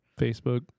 Facebook